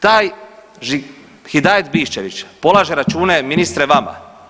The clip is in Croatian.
Taj Hidajet Biščević polaže račune ministre vama.